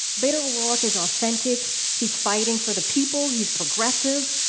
beta o'roark is authentic. he's fighting for the people. he's progressive.